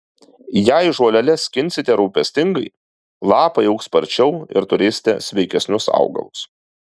jei žoleles skinsite rūpestingai lapai augs sparčiau ir turėsite sveikesnius augalus